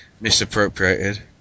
misappropriated